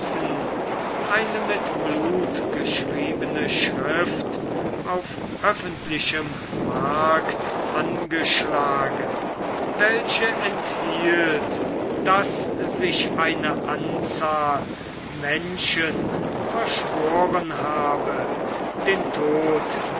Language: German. eine mit blut geschriebene schrift auf öffentlichem markt angeschlagen welche enthielt daß sich eine anzahl menschen verschworen habe den tod